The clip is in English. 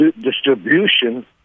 distribution